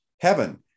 Heaven